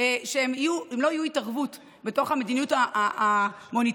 שהם לא יהיו התערבות בתוך המדיניות המוניטרית,